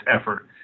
effort